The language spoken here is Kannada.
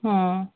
ಹ್ಞೂ